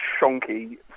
shonky